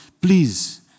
please